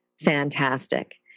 fantastic